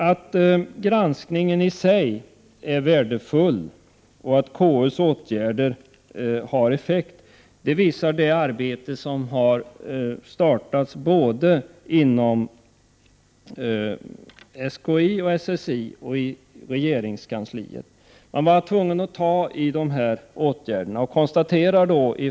Att granskningen i sig är värdefull och att KU:s åtgärder har effekt visar det arbete som har startades både inom SKI och SSI samt i regeringskansliet. Man var tvungen att ta tag i dessa frågor.